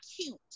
cute